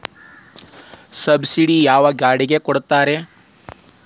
Subsidy ಯಾವ ಗಾಡಿಗೆ ಕೊಡ್ತಾರ?